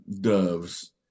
doves